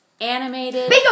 Animated